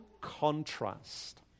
contrast